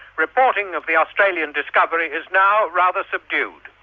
reporting of the australian discovery is now rather subdued.